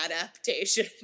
adaptation